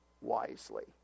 wisely